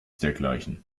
dergleichen